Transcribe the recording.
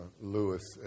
Lewis